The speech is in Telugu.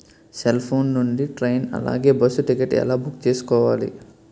సెల్ ఫోన్ నుండి ట్రైన్ అలాగే బస్సు టికెట్ ఎలా బుక్ చేసుకోవాలి?